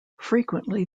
frequently